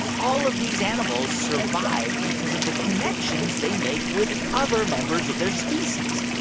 all of these animals survive because of the connections they make with other members of their species.